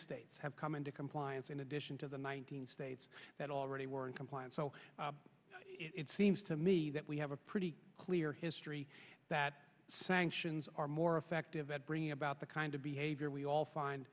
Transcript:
states have come into compliance in addition to the nine hundred states that already were in compliance so it seems to me that we have a pretty clear history that sanctions are more effective at bringing about the kind of behavior we all find